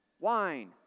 wine